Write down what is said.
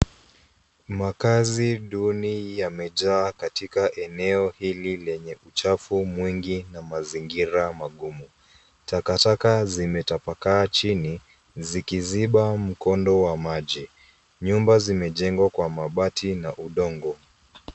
Makazi duni yamejaa katika eneo hili lenye uchafu mwingi na mazingira magumu. Takataka zimetapakaa chini zikiziba mkondo wa maji. Nyumba zimejengwa kwa mabati na udongo.